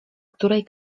której